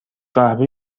قهوه